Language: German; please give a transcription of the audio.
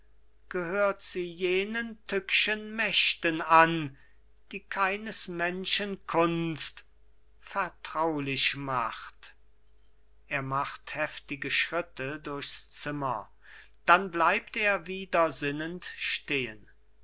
gehört sie jenen tückschen mächten an die keines menschen kunst vertraulich macht er macht heftige schritte durchs zimmer dann bleibt er wieder sinnend stehen